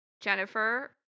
Jennifer